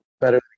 better